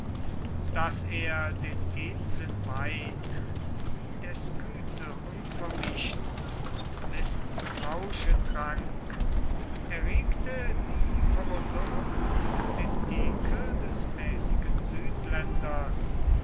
daß er den edlen wein wie der skythe unvermischt und bis zum rausche trank erregte die verwunderung und den ekel des mäßigen südländers